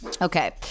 okay